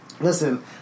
Listen